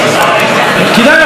כדאי לך לשמוע את זה,